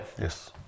Yes